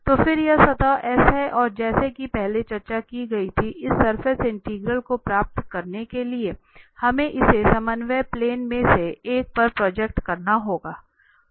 तो फिर यह सतह S है और जैसा कि पहले चर्चा की गई थी इस सरफेस इंटीग्रल को प्राप्त करने के लिए हमें इसे समन्वय प्लेन में से एक पर प्रोजेक्ट करना होगा